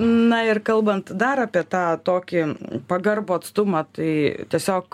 na ir kalbant dar apie tą tokį pagarbų atstumą tai tiesiog